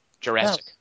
Jurassic